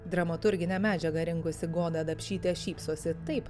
dramaturginę medžiagą rengusi goda dapšytė šypsosi taip